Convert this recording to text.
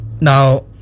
Now